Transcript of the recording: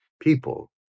people